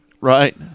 Right